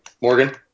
Morgan